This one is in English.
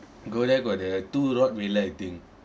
go there got the two rottweiler I think